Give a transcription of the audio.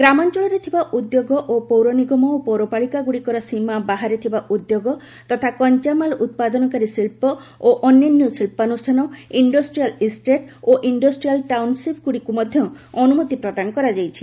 ଗ୍ରାମାଞ୍ଚଳରେ ଥିବା ଉଦ୍ୟୋଗ ଓ ପୌରନିଗମ ଏବଂ ପୌରପାଳିକାଗୁଡ଼ିକର ସୀମା ବାହାରେ ଥିବା ଉଦ୍ୟୋଗ ତଥା କଞ୍ଚାମାଲ୍ ଉତ୍ପାଦନକାରୀ ଶିଳ୍ପ ଓ ଅନ୍ୟାନ୍ୟ ଶିଳ୍ପାନୁଷ୍ଠାନ ଇଶ୍ରଷ୍ଟ୍ରିଆଲ୍ ଇଷ୍ଟେଟ୍ ଓ ଇଣ୍ଡଷ୍ଟ୍ରିଆଲ୍ ଟାଉନ୍ସିପ୍ଗୁଡ଼ିକୁ ମଧ୍ୟ ଅନୁମତି ପ୍ରଦାନ କରାଯାଇଛି